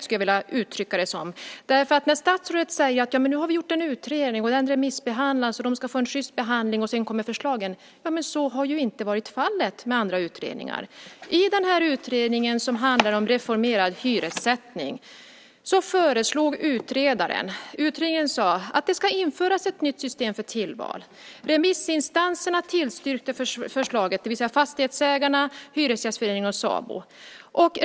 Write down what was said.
Statsrådet säger att en utredning har gjorts, den remissbehandlas, den ska få en sjyst behandling och sedan kommer förslagen. Men så har inte varit fallet med andra utredningar. I utredningen som handlar om reformerad hyressättning föreslog utredaren att det ska införas ett nytt system för tillval. Remissinstanserna tillstyrkte förslaget, det vill säga Fastighetsägarna, Hyresgästföreningen och Sabo.